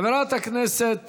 חברת הכנסת